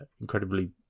incredibly